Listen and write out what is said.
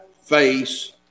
face